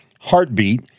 heartbeat